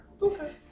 Okay